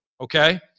okay